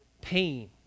pain